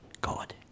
God